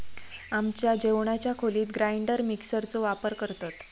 आमच्या जेवणाच्या खोलीत ग्राइंडर मिक्सर चो वापर करतत